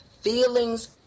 feelings